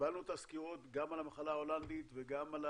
וקיבלנו את הסקירות גם על המחלה ההולנדית וגם על